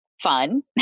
fun